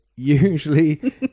Usually